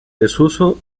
desuso